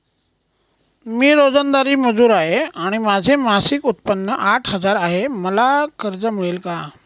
मी रोजंदारी मजूर आहे आणि माझे मासिक उत्त्पन्न आठ हजार आहे, मला कर्ज मिळेल का?